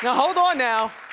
hold on now.